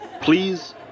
Please